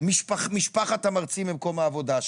ממשפחת המרצים במקום העבודה שלו.